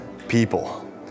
People